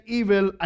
evil